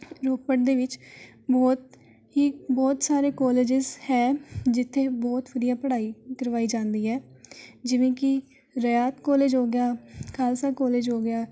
ਰੋਪੜ ਦੇ ਵਿੱਚ ਬਹੁਤ ਹੀ ਬਹੁਤ ਸਾਰੇ ਕੋਲਜਿਜ ਹੈ ਜਿੱਥੇ ਬਹੁਤ ਵਧੀਆ ਪੜ੍ਹਾਈ ਕਰਵਾਈ ਜਾਂਦੀ ਹੈ ਜਿਵੇਂ ਕਿ ਰਿਆਤ ਕੋਲਿਜ ਹੋ ਗਿਆ ਖਾਲਸਾ ਕੋਲਿਜ ਹੋ ਗਿਆ